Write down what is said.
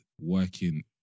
working